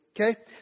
Okay